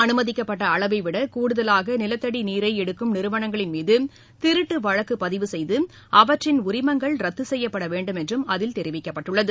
அனுமதிக்கப்பட்ட அளவை விட கூடுதலாக நிலத்தடி நீரை எடுக்கும் நிறுவனங்களின் மீது திருட்டு வழக்கு பதிவுசெய்து அவற்றின் உரிமங்கள் ரத்து செய்யப்படவேண்டும் என்றும் அதில் தெரிவிக்கப்பட்டுள்ளது